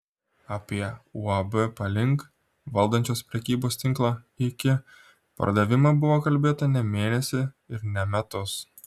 apie uab palink valdančios prekybos tinklą iki pardavimą buvo kalbėta ne mėnesį ir ne metus